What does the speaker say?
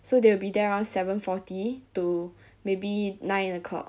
so they will be there around seven forty to maybe nine o'clock